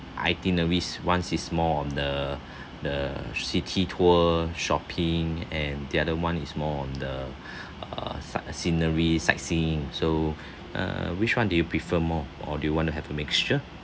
itineraries one's is more on the the city tour shopping and the other one is more on the uh sight uh scenery sightseeing so uh which one do you prefer more or do you want to have a mixture